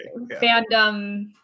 fandom